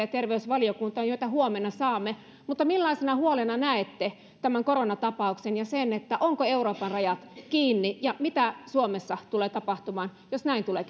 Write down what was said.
ja terveysvaliokuntaan joita huomenna saamme millaisena huolena näette tämän koronatapauksen ja sen ovatko euroopan rajat kiinni ja mitä suomessa tulee tapahtumaan jos näin tulee